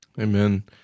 Amen